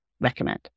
recommend